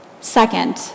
Second